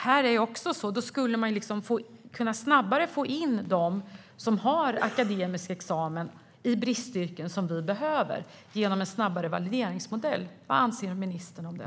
Man skulle snabbare kunna få in dem som har akademisk examen i bristyrken genom en snabbare valideringsmodell. Vad anser ministern om det?